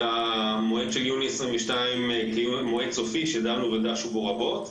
המועד של יוני 2022 כמועד סופי שדנו ודשו בו רבות.